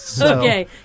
Okay